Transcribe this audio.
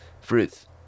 fruits